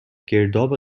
گرداب